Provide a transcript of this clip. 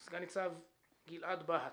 מסגן ניצב גלעד בהט